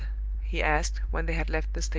he asked, when they had left the station.